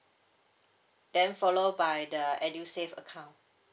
then follow by the edusave account